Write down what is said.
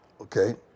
Okay